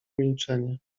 milczenie